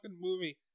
movie